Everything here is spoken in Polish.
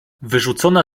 wyrzucona